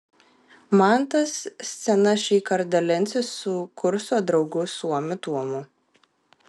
mantas scena šįkart dalinsis su kurso draugu suomiu tuomu